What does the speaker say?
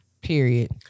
Period